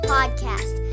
Podcast